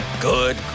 Good